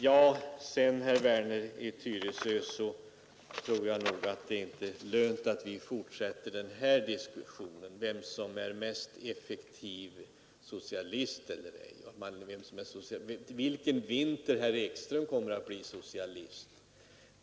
Jag tror inte det är lönt, herr Werner i Tyresö, att vi fortsätter att diskutera om socialism i dag, eller vilken vinter jag kommer att bli socialist i herr Werners ögon.